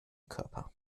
körper